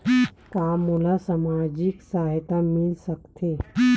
का मोला सामाजिक सहायता मिल सकथे?